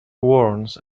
warns